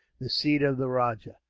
the seat of the rajah.